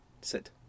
sit